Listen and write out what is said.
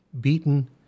Beaten